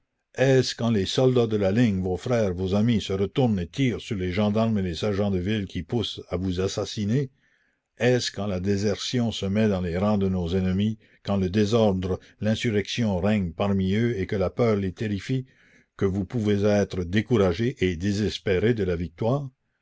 est-ce quand les soldats de la ligne vos frères vos amis se retournent et tirent sur les gendarmes et les sergents de ville qui poussent à vous assassiner est-ce quand la désertion se met dans les rangs de nos ennemis quand le désordre l'insurrection règnent parmi eux et que la peur les terrifie que vous pouvez être découragés et désespérer de la victoire